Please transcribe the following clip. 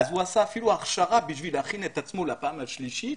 הוא עשה אפילו הכשרה כדי להכין את עצמו למבחן השלישי,